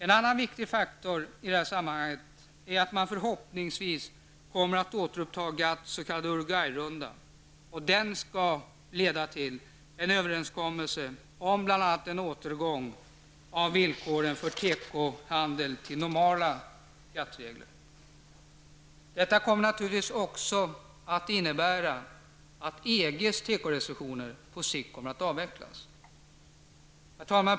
En annan viktig faktor i detta sammanhang är att man förhoppningsvis kommer att återuppta GATTs s.k. Uruguay-runda. Avsikten med den är att den skall leda till en överenskommelse om återgång av villkoren för tekohandel till normala GATT-regler. Detta kommer naturligtvis också att innebära att EGs tekorestriktioner på sikt kommer att avvecklas.